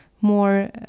more